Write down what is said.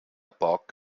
poc